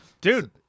Dude